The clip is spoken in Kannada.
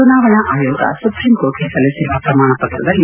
ಚುನಾವಣಾ ಆಯೋಗ ಸುಪ್ರೀಂ ಕೋರ್ಟ್ಗೆ ಸಲ್ಲಿಸಿರುವ ಪ್ರಮಾಣಪತ್ರದಲ್ಲಿ